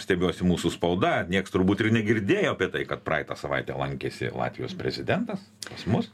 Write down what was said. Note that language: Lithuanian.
stebiuosi mūsų spauda nieks turbūt ir negirdėjo apie tai kad praeitą savaitę lankėsi latvijos prezidentas pas mus